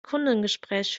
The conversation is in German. kundengespräch